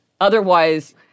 otherwise